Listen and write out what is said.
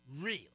Real